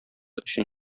өчен